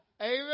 Amen